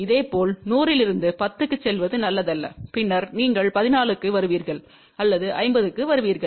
இதேபோல் 100 இலிருந்து 10 க்குச் செல்வது நல்லதல்ல பின்னர் நீங்கள் 14 க்கு வருவீர்கள் அல்லது 50 க்கு வருவீர்கள்